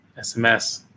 SMS